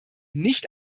nicht